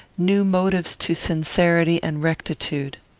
new motives to sincerity and rectitude.